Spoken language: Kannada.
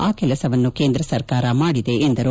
ಆ ಕೆಲಸವನ್ನು ಕೇಂದ್ರ ಸರ್ಕಾರ ಮಾಡಿದೆ ಎಂದು ಹೇಳಿದರು